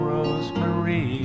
Rosemary